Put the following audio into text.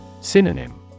Synonym